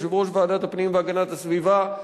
יושב-ראש ועדת הפנים והגנת הסביבה,